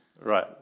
Right